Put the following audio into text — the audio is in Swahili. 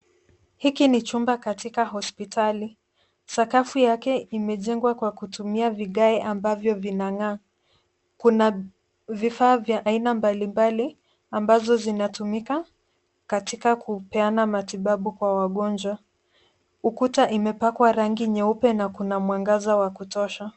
Hiki ni chumba katika hospitali. Sakafu yake imejengwa kwa kutumia vigae ambavyo vinang'aa. Kuna vifaa vya aina mbalimbali ambazo zinatumika katika kupeana matibabu kwa wagonjwa. Ukuta imepakwa rangi nyeupe na kuna mwangaza wa kutosha.